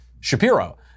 Shapiro